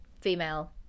female